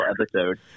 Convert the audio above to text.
episode